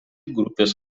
grupės